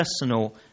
personal